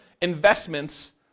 investments